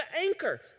anchor